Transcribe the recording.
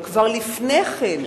אבל לפני כן,